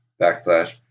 backslash